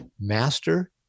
Master